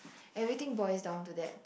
everything boils down to that